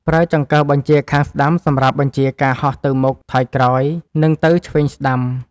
ប្រើចង្កឹះបញ្ជាខាងស្តាំសម្រាប់បញ្ជាការហោះទៅមុខ ថយក្រោយ និងទៅឆ្វេងស្ដាំ។